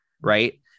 Right